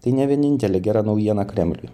tai ne vienintelė gera naujiena kremliui